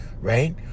right